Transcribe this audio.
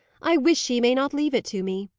i wish she may not leave it to me.